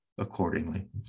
accordingly